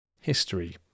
History